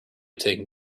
taking